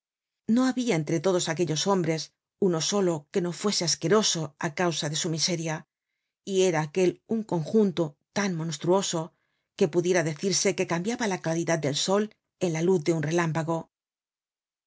no habia entre todos aquellos hombres uno solo que no fuese asqueroso á causa de su miseria y era aquel un conjunto tan monstruoso que pudiera decirse que cambiaba la claridad del sol en la luz de un relámpago